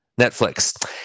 Netflix